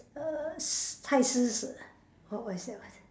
err s~ 太奢侈 wh~ what is that word